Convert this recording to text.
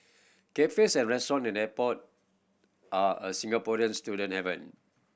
cafes and restaurant in airport are a Singaporean student haven